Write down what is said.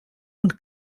und